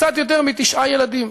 קצת יותר מתשעה ילדים,